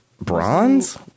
Bronze